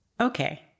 Okay